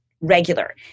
regular